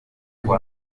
ngo